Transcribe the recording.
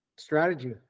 Strategy